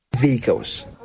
vehicles